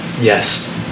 Yes